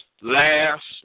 last